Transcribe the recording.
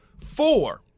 four